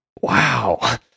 Wow